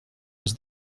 was